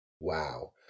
Wow